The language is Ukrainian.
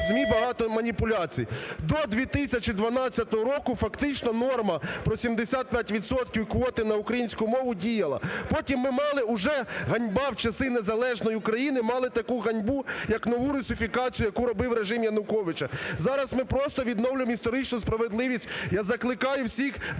ЗМІ багато маніпуляцій. До 2012 року фактично норма про 75 відсотків квоти на українську мову діяла, потім ми мали уже, ганьба, в часи незалежної України мали таку ганьбу, як нову русифікацію, яку робив режим Януковича. Зараз ми просто відновлюємо історичну справедливість. Я закликаю всіх депутатів